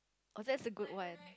oh that's a good one